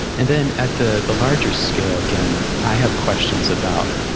and then at the the larger scale again, i have questions about,